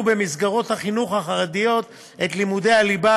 במסגרות החינוך החרדיות את לימודי הליבה,